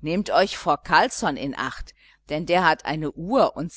nehmt euch vor carlsson in acht denn der hat eine uhr und